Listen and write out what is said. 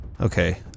Okay